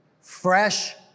Fresh